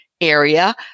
area